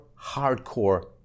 hardcore